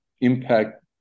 impact